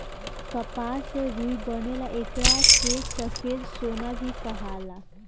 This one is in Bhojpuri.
कपास से रुई बनेला एकरा के सफ़ेद सोना भी कहाला